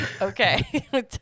Okay